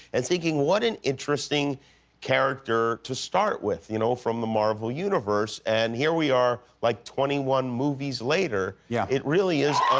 and thinking, what an interesting character to start with, you know, from the marvel universe. and here we are, like twenty one movies later. yeah. it really is